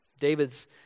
David's